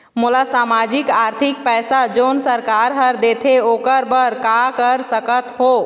मोला सामाजिक आरथिक पैसा जोन सरकार हर देथे ओकर बर का कर सकत हो?